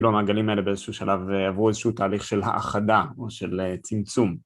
לא, מעגלים האלה באיזשהו שלב עברו איזשהו תהליך של האחדה או של צמצום.